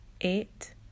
eight